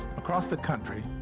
across the country,